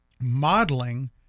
modeling